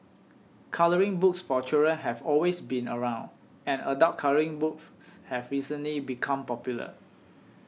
colouring books for children have always been around and adult colouring books have recently become popular